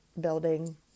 building